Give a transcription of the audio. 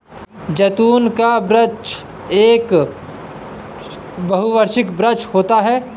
जैतून का वृक्ष एक बहुवर्षीय वृक्ष होता है